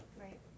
Right